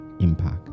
impact